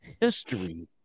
History